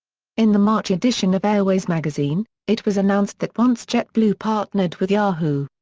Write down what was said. in the march edition of airways magazine, it was announced that once jetblue partnered with yahoo!